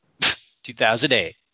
2008